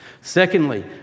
Secondly